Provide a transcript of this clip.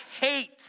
hate